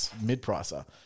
mid-pricer